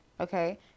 okay